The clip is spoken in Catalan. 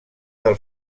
del